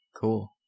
Cool